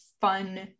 fun